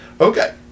Okay